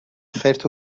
خرت